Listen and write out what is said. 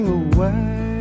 away